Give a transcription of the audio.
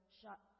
shot